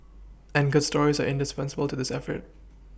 and good stories are indispensable to this effort